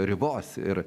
ribos ir